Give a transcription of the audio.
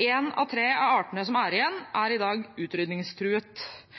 En av tre av artene som er igjen, er i dag